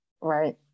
Right